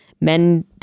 men